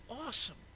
awesome